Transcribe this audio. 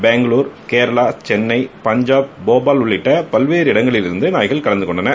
பெங்களுகூ கேரளா சென்னை பஞ்சாப் போபால் உள்ளிட்ட பல்வேறு இடங்களிலிருந்து நாய்கள் கலந்துகொண்டன